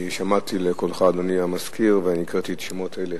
שמעתי לך, אדוני המזכיר, וקראתי את שמות אלה